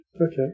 Okay